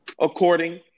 according